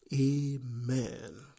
Amen